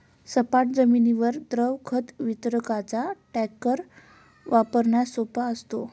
सपाट जमिनीवर द्रव खत वितरकाचा टँकर वापरण्यास सोपा असतो